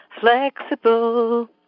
flexible